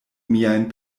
miajn